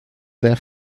their